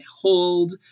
hold